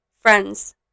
friends